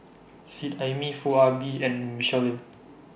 Seet Ai Mee Foo Ah Bee and Michelle Lim